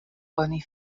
oni